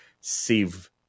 save